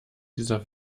dieser